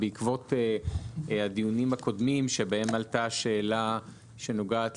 בעקבות הדיונים הקודמים שבהם עלתה השאלה שנוגעת